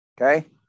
Okay